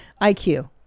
IQ